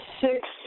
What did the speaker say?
six